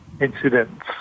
incidents